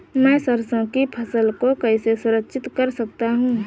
मैं सरसों की फसल को कैसे संरक्षित कर सकता हूँ?